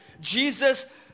Jesus